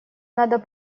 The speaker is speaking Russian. надо